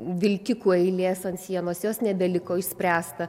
vilkikų eilės ant sienos jos nebeliko išspręsta